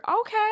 Okay